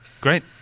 Great